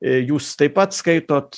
jūs taip pat skaitot